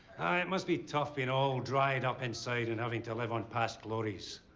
it must be tough, being all dried up inside, and having to live on past glories.